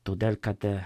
todėl kad